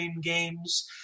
games